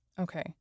Okay